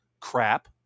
Crap